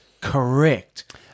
correct